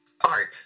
Art